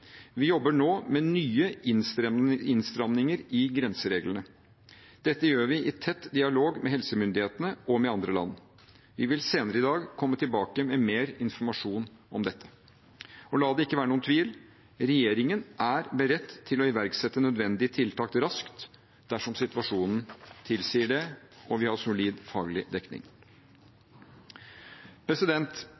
Vi jobber nå med nye innstramninger i grensereglene. Dette gjør vi i tett dialog med helsemyndighetene og med andre land. Vi vil senere i dag komme tilbake med mer informasjon om dette. Og la det ikke være noen tvil: Regjeringen er beredt til å iverksette nødvendige tiltak raskt dersom situasjonen tilsier det og vi har solid faglig dekning.